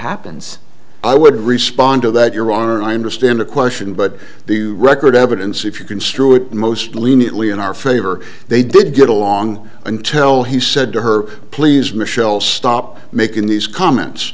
happens i would respond to that your honor i understand the question but the record evidence if you construe it most leniently in our favor they did get along until he said to her please michelle stop making these comments